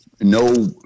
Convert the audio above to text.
no